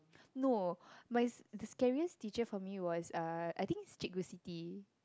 no my the the scariest teacher for me was uh I think is Cikgu-Siti